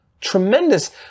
tremendous